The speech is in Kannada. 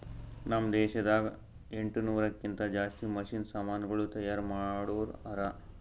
ನಾಮ್ ದೇಶದಾಗ ಎಂಟನೂರಕ್ಕಿಂತಾ ಜಾಸ್ತಿ ಮಷೀನ್ ಸಮಾನುಗಳು ತೈಯಾರ್ ಮಾಡೋರ್ ಹರಾ